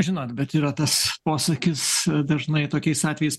žinot bet yra tas posakis dažnai tokiais atvejais